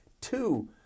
Two